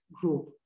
group